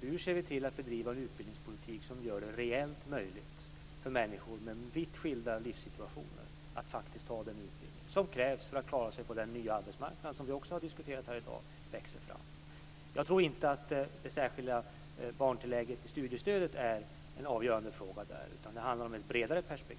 Hur ser vi till att bedriva en utbildningspolitik som gör det reellt möjligt för människor med vitt skilda livssituationer att faktiskt genomgå den utbildning som krävs för att klara sig på den nya arbetsmarknad som växer fram, vilket vi också har diskuterat här i dag? Jag tror inte att det särskilda barntillägget i studiestödet är en avgörande fråga i detta sammanhang. Det handlar om ett bredare perspektiv.